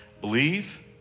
Believe